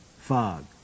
Fog